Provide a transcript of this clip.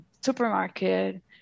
supermarket